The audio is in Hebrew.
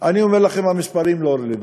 אני אומר לכם, המספרים לא רלוונטיים.